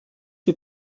mit